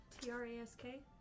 T-R-A-S-K